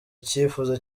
icyifuzo